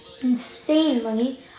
insanely